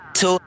two